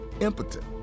impotent